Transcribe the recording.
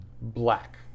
black